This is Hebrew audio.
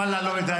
ואללה, לא יודע.